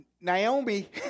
Naomi